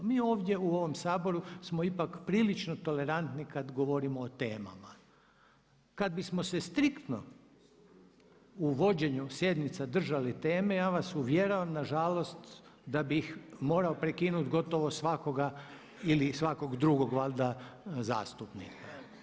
Mi ovdje u ovom Saboru smo ipak prilično tolerantni kada govorimo o temama, kada bismo se striktno u vođenju sjednica držali teme, ja vas uvjeravam nažalost da bih morao prekinuti gotovo svakoga ili svakog drugog valjda zastupnika.